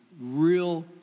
real